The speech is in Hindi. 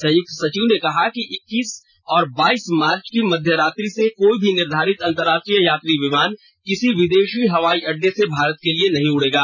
संयुक्त सचिव ने कहा कि इक्कीस और बाईस मार्च की मध्य रात्रि से कोई भी निर्धारित अंतर्राष्ट्रीय यात्री विमान किसी विदेशी हवाई अड्डे से भारत के लिए नहीं उड़ेगा